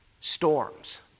storms